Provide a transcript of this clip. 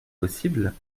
possible